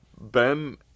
Ben